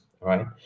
Right